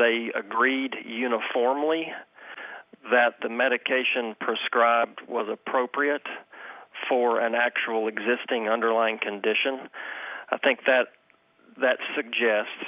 they agreed uniformly that the medication prescribed was appropriate for an actual existing underlying condition i think that that suggests